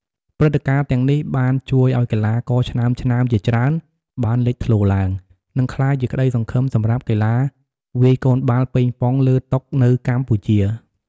ព្រឹត្តិការណ៍ទាំងនេះបានជួយឱ្យកីឡាករឆ្នើមៗជាច្រើនបានលេចធ្លោឡើង និងក្លាយជាក្ដីសង្ឃឹមសម្រាប់កីឡាវាយកូនបាល់ប៉េងប៉ុងលើតុនៅកម្ពុជា។